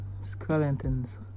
skeletons